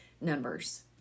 numbers